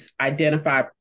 identify